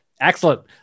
Excellent